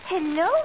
Hello